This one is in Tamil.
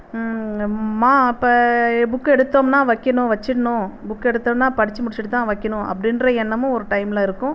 நம்ம அப்போ புக்கை எடுத்தோம்ன்னால் வைக்கணும் வைச்சிட்ணு புக்கை எடுத்தோம்ன்னால் படித்து முடிச்சுட்டுதான் வைக்கணும் அப்படின்ற எண்ணமும் ஒரு டைமில் இருக்கும்